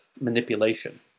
manipulation